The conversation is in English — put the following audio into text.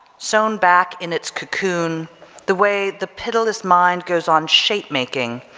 sewn back in its cocoon the way the pitiless mind goes on shape making,